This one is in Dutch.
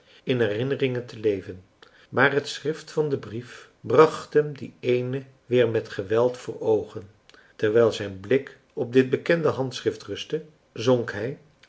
in herinneringen te leven maar het schrift van den brief bracht hem die eene weer met geweld voor oogen terwijl zijn blik op dit bekende handschrift rustte